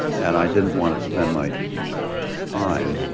and i didn't want to spend my time